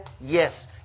Yes